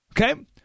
Okay